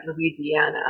Louisiana